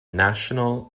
national